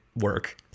work